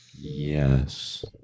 yes